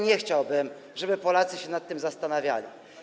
Nie chciałbym, żeby Polacy się nad tym zastanawiali.